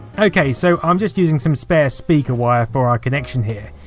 ok, so i'm just using some spare speaker wire for our connection here,